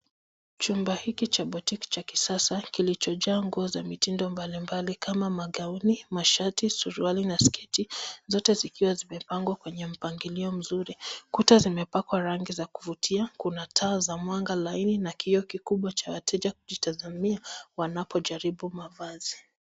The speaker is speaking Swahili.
Chumba hiki cha boutique cha kisasa kilichojaa nguo za mitindo mbalimbali kama magauni, mashati, suruali na sketi zote zikiwa zimepangwa kwenye mpangilio mzuri. Kuta zimepakwa rangi za kuvutia. Kuna taa za mwanga laini na kioo kikubwa cha wateja kujitazamia wanapojaribu mavazi.